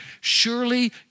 surely